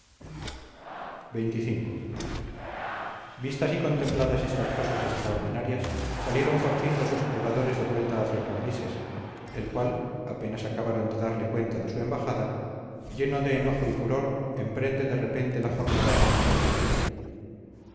xxv vistas y contempladas estas cosas extraordinarias salieron por fin los exploradores de vuelta hacia cambises el cual apenas acabaron de darle cuenta de su embajada lleno de enojo y furor emprende de repente la jornada contra etiopía